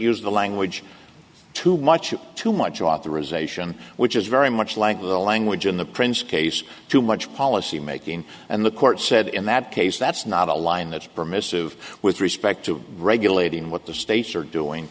used the language too much too much authorization which is very much like the language in the prince case too much policy making and the court said in that case that's not a line that's permissive with respect to regulating what the states are doing